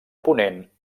ponent